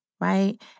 right